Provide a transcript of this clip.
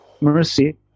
mercy